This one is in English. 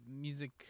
music